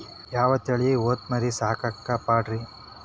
ಯಾವ ತಳಿ ಹೊತಮರಿ ಸಾಕಾಕ ಪಾಡ್ರೇ?